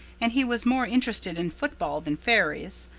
and he was more interested in football than fairies.